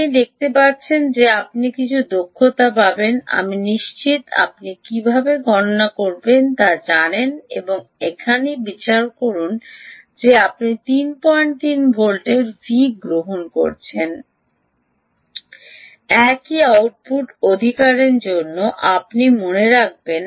আপনি দেখতে পাচ্ছেন যে আপনি কিছু দক্ষতা পাবেন আমি নিশ্চিত আপনি কীভাবে গণনা করতে জানেন তা এখনই বিবেচনা করুন যে আপনি 33 ভোল্টের V¿ গ্রহণ করেছেন ¿একই আউটপুট অধিকারের জন্য আপনি মনে রাখবেন